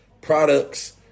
products